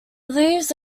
leaves